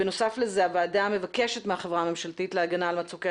בנוסף לזה הוועדה מבקשת מהחברה הממשלתית להגנה על מצוקי